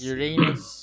Uranus